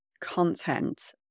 content